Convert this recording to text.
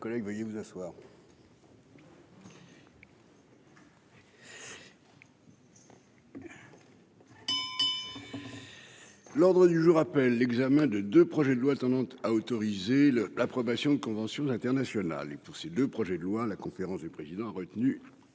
séance est reprise. L'ordre du jour appelle l'examen de deux projets de loi tendant à autoriser l'approbation de conventions internationales. Pour ces deux projets de loi, la conférence des présidents a retenu